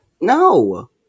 No